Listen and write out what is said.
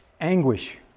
anguish